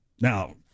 Now